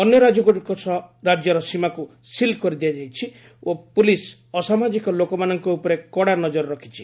ଅନ୍ୟ ରାଜ୍ୟଗୁଡ଼ିକ ସହ ରାଜ୍ୟର ସୀମାକୁ ସିଲ୍ କରିଦିଆଯାଇଛି ଓ ପୋଲିସ୍ ଅସାମାଜିକ ଲୋକମାନଙ୍କ ଉପରେ କଡ଼ା ନକର ରଖିଛି